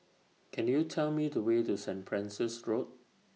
Can YOU Tell Me The Way to Saint Francis Road